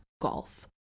golf